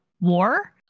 war